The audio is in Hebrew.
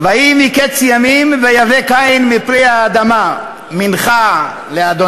ויהי מקץ ימים ויבא קין מפרי האדמה מנחה לה',